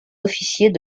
officiers